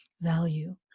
value